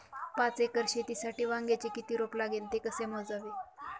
पाच एकर शेतीसाठी वांग्याचे किती रोप लागेल? ते कसे मोजावे?